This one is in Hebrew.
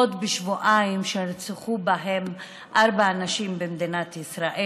ועוד בשבועיים שנרצחו בהם ארבע נשים במדינת ישראל.